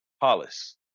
Hollis